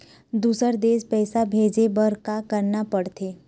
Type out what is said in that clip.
दुसर देश पैसा भेजे बार का करना पड़ते?